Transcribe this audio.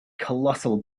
colossal